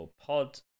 pod